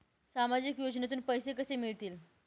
सामाजिक योजनेतून पैसे कसे मिळतील?